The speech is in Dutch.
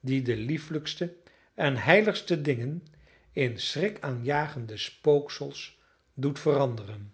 die de liefelijkste en heiligste dingen in schrikaanjagende spooksels doet veranderen